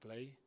Play